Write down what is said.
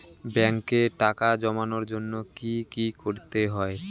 ব্যাংকে টাকা জমানোর জন্য কি কি করতে হয়?